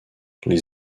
les